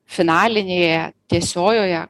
finalinėje tiesiojoje